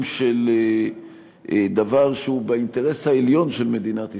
של דבר שהוא באינטרס העליון של מדינת ישראל,